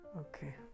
okay